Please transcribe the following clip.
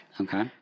Okay